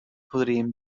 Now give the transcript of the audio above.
podríem